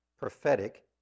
prophetic